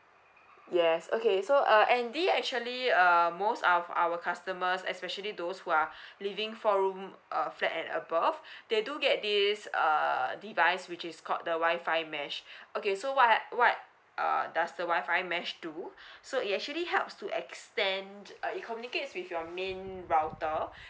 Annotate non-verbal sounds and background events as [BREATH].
yes okay so uh andy actually uh most of our customers especially those who are [BREATH] living four room uh flat and above [BREATH] they do get this uh device which is called the wi-fi mesh [BREATH] okay so what had what uh does the wi-fi mesh do [BREATH] so it actually helps to extend uh it communicates with your main router